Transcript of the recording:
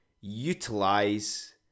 utilize